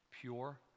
pure